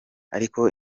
ariko